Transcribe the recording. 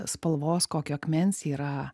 spalvos kokio akmens yra